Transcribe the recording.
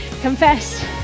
Confess